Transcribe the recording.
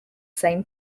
same